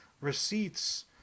receipts